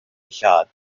lladd